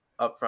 upfront